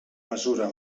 mesura